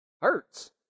hurts